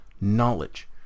knowledge